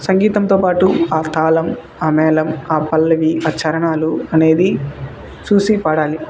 సంగీతంతో పాటు ఆ తాళం ఆ మేళం ఆ పల్లవి ఆ చరణాలు అనేవి చూసి పాడాలి